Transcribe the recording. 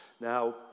Now